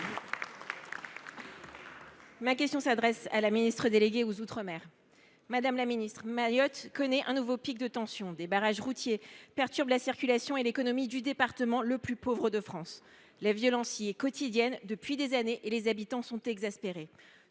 et des outre mer, chargée des outre mer. Madame la ministre, Mayotte connaît un nouveau pic de tensions. Des barrages routiers perturbent la circulation et l’économie de ce département, le plus pauvre de France, où la violence est quotidienne depuis des années. Ses habitants sont exaspérés.